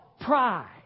pride